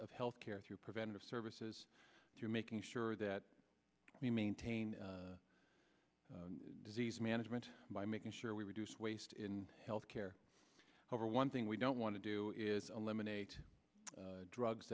of health care through preventive services to making sure that we maintain disease management by making sure we reduce waste in health care over one thing we don't want to do is eliminate drugs